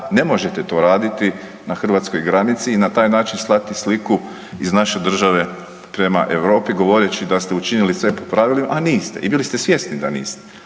ne možete to raditi na hrvatskoj granici i na taj način slati sliku iz naše države prema Europi govoreći da ste učinili sve po pravilima a niste i bili ste svjesni da niste.